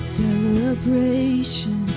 celebration